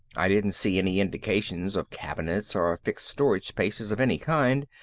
i didn't see any indications of cabinets or fixed storage spaces of any kinds,